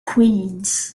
queens